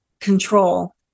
control